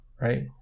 right